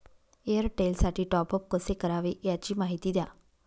एअरटेलसाठी टॉपअप कसे करावे? याची माहिती द्या